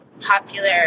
popular